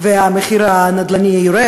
מחיר הנדל"ן יורד,